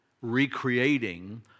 recreating